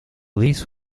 lease